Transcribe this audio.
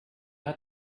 hat